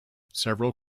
several